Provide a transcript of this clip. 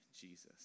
Jesus